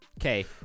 Okay